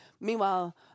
Meanwhile